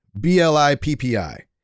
b-l-i-p-p-i